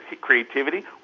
creativity